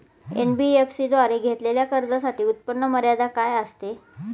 NBFC द्वारे घेतलेल्या कर्जासाठी उत्पन्न मर्यादा काय असते?